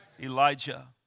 Elijah